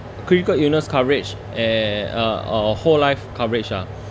critical illness coverage a~ uh orh whole life coverage ah